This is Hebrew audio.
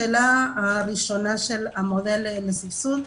לגבי השאלה הראשונה של המודל לסבסוד,